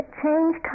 change